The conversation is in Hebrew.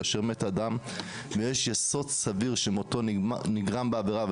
כאשר מת אדם ויש יסוד סביר שמותו נגרם בעבירה.